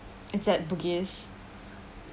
it's at bugis